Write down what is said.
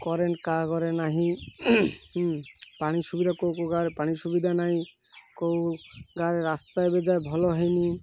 current କାହା କରେ ନାହିଁ ପାଣି ସୁବିଧା କେଉଁ କେଉଁ ଗାଁରେ ପାଣି ସୁବିଧା ନାହିଁ କେଉଁ ଗାଁରେ ରାସ୍ତା ଏବେ ଯାଏ ଭଲ ହେଇନି